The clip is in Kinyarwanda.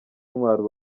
intwaro